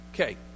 Okay